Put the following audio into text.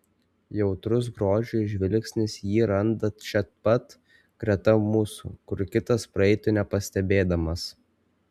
jautrus grožiui žvilgsnis jį randa čia pat greta mūsų kur kitas praeitų nepastebėdamas